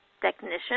technician